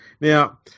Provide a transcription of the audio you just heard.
Now